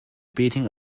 beating